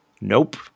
Nope